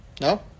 No